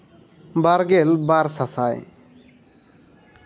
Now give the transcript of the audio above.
ᱵᱟᱨ ᱜᱮᱞ ᱵᱟᱨ ᱥᱟᱼᱥᱟᱭ